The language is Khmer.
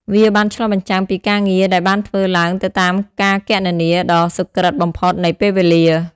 វាបានឆ្លុះបញ្ចាំងពីការងារដែលបានធ្វើឡើងទៅតាមការគណនាដ៏សុក្រិតបំផុតនៃពេលវេលា។